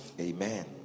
Amen